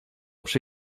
przy